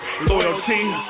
Loyalty